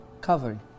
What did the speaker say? covering